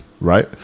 Right